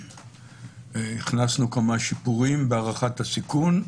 הכנסנו כמה שיפורים בהערכת הסיכון,